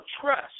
trust